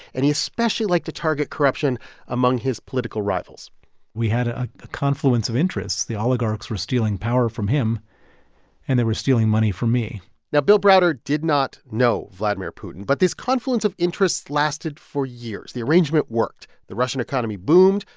and he especially liked to target corruption among his political rivals we had a confluence of interest. the oligarchs were stealing power from him and they were stealing money from me now, bill browder did not know vladimir putin. but this confluence of interest lasted lasted for years. the arrangement worked. the russian economy boomed,